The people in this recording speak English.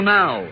now